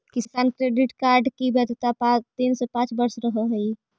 किसान credit card की वैधता तीन से पांच वर्ष रहअ हई